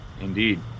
Indeed